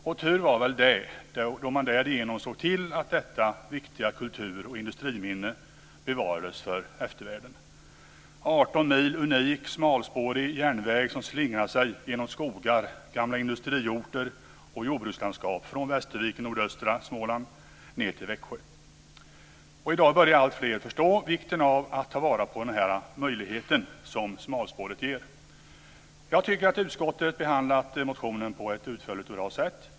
Och tur var väl det eftersom man därigenom såg till att detta viktiga kultur och industriminne bevarades för eftervärlden. Det handlar om 18 mil unik smalspårig järnväg som slingrar sig genom skogar, gamla industriorter och jordbrukslandskap från Västervik i nordöstra Småland ned till Växjö. I dag börjar alltfler förstå vikten av att ta vara på den möjlighet som smalspåret ger. Jag tycker att utskottet behandlat motionen på ett utförligt och bra sätt.